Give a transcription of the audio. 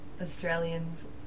Australians